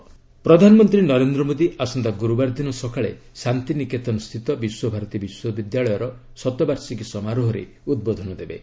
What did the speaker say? PM Visvabharati ପ୍ରଧାନମନ୍ତ୍ରୀ ନରେନ୍ଦ୍ର ମୋଦୀ ଆସନ୍ତା ଗୁରୁବାର ଦିନ ସକାଳେ ଶାନ୍ତିନିକେତନ ସ୍ଥିତ ବିଶ୍ୱଭାରତୀ ବିଶ୍ୱବିଦ୍ୟାଳୟର ଶତବାର୍ଷିକୀ ସମାରୋହରେ ଉଦ୍ବୋଧନ ଦେବେ